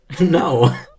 No